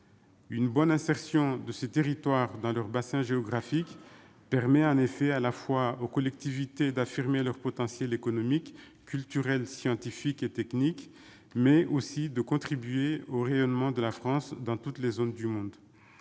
Une bonne insertion de ces territoires dans leur bassin géographique permet en effet aux collectivités à la fois d'affirmer leur potentiel économique, culturel, scientifique et technique, mais aussi de contribuer au rayonnement de la France dans toutes les zones du monde.